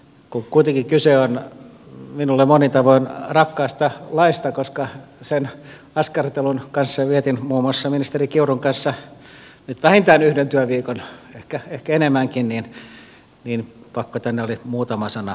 kun kuitenkin kyse on minulle monin tavoin rakkaasta laista koska sen askartelussa vietin muun muassa ministeri kiurun kanssa vähintään yhden työviikon ehkä enemmänkin niin pakko tänne oli muutama sana tulla sanomaan